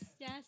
Yes